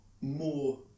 more